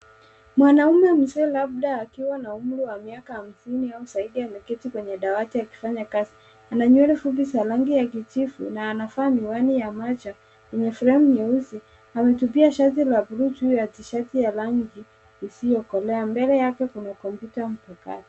Mwanamume Mzee labda akiwa na umri wa miaka hamsini au zaidi ameketi kwenye dawati akifanya kazi. Ana nywele fupi ya rangi ya kijivu na anavaa miwani ya macho yenye fremu nyeusi amevaa shati ya blue juu ya t shati ya rangi isiokolea mbele yake kuna kompyuta mfukara .